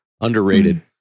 underrated